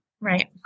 Right